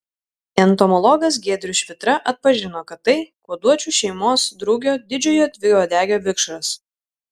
entomologas giedrius švitra atpažino kad tai kuoduočių šeimos drugio didžiojo dviuodegio vikšras